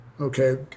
Okay